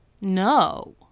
no